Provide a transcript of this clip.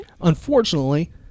Unfortunately